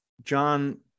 john